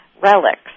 Relics